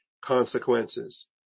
consequences